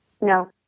No